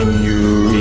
you